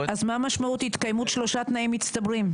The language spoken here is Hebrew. אז מה משמעות התקיימות שלושה תנאים מצטברים?